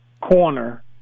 corner